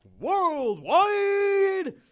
worldwide